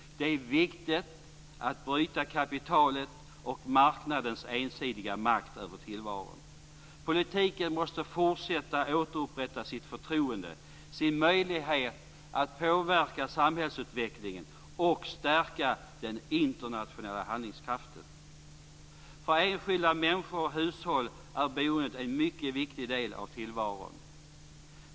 Det är viktigt att bryta kapitalets och marknadens ensidiga makt över tillvaron. Politiken måste fortsätta att återupprätta sitt förtroende, sin möjlighet att påverka samhällsutvecklingen och stärka den internationella handlingskraften. För enskilda människor och hushåll är boendet en mycket viktig del av tillvaron.